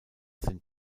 sind